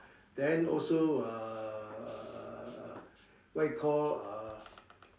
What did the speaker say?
then also uh uh uh what you call uh